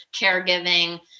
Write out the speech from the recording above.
caregiving